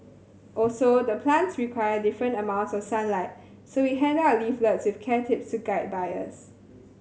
also the plants require different amounts of sunlight so we hand out leaflets with care tips to guide buyers